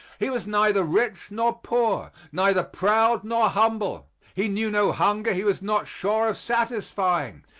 he was neither rich nor poor, neither proud nor humble he knew no hunger he was not sure of satisfying,